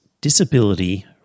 disability